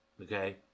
Okay